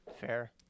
Fair